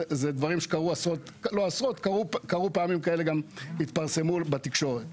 אלה דברים שקרו והם גם התפרסמנו בתקשורת.